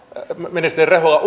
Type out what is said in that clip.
ministeri rehula